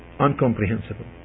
uncomprehensible